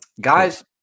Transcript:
Guys